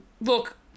Look